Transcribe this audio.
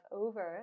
over